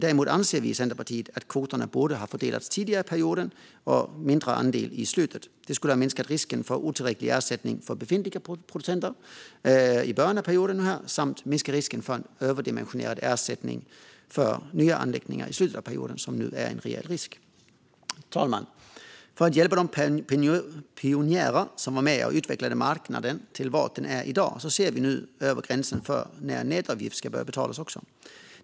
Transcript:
Däremot anser vi i Centerpartiet att kvoterna borde ha fördelats tidigare i perioden och en mindre andel i slutet. Det skulle ha minskat risken för otillräcklig ersättning till befintliga producenter i början av perioden samt minskat risken för en överdimensionerad ersättning till nya anläggningar i slutet av perioden, som nu är en reell risk. Fru talman! För att hjälpa de pionjärer som var med och utvecklade marknaden till vad den är i dag ser vi nu över gränsen för när nätavgift ska börja betalas.